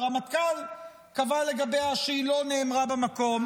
והרמטכ"ל קבע לגביה שהיא לא נאמרה במקום,